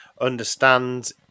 understand